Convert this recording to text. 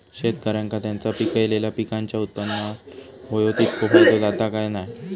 शेतकऱ्यांका त्यांचा पिकयलेल्या पीकांच्या उत्पन्नार होयो तितको फायदो जाता काय की नाय?